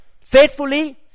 faithfully